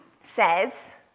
says